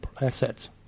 assets